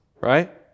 right